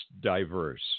diverse